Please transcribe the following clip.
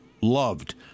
loved